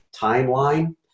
timeline